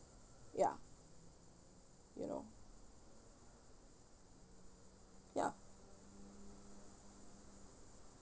ya you know ya